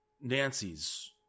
Nancy's